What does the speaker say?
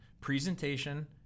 presentation